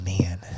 man